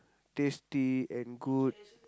tasty and good